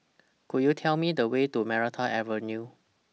Could YOU Tell Me The Way to Maranta Avenue